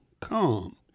come